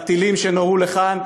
על הטילים שנורו לכאן,